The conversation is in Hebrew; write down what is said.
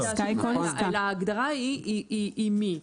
ההגדרה היא עם מי.